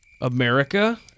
America